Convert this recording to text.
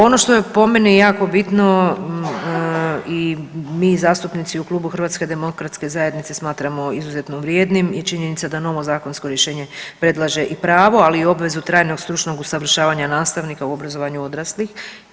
Ono što je po meni jako bitno i mi zastupnici u Klubu HDZ-a smatramo izuzetno vrijednim je činjenica da novo zakonsko rješenje predlaže i pravo ali i obvezu trajnog stručnog usavršavanja nastavnika u obrazovanju odraslih.